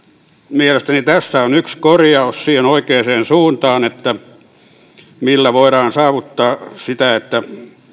mielestäni tässä on yksi korjaus siihen oikeaan suuntaan millä voidaan saavuttaa sitä että